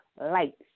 Lights